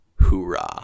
Hoorah